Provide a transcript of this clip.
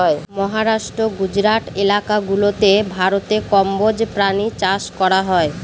মহারাষ্ট্র, গুজরাট এলাকা গুলাতে ভারতে কম্বোজ প্রাণী চাষ করা হয়